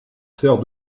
sert